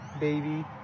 baby